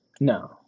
No